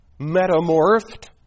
metamorphed